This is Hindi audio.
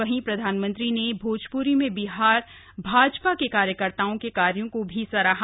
वहीं प्रधानमंत्री ने भाजप्री में बिहार भाजपा के कार्यकर्ताओं के कार्यो कथ भी सराहा